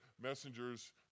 messengers